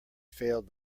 failed